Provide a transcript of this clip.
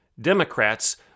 Democrats